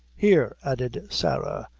here, added sarah,